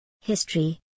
history